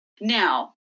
Now